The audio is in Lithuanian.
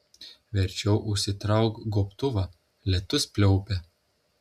verčiau užsitrauk gobtuvą lietus pliaupia